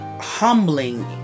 humbling